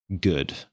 good